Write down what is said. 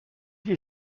you